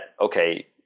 okay